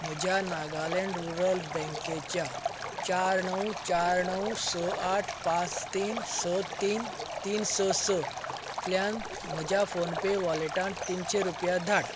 म्हज्या नागालँड रुरल बँकेच्या चार णव चार णव स आठ पांच तीन स तीन तीन स स तल्यान म्हज्या फोन पे वॉलेटांत तीनशें रुपया धाड